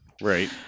right